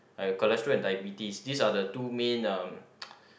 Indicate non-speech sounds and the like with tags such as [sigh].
uh cholesterol and diabetes these are the two main uh [noise]